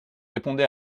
répondez